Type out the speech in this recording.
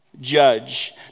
judge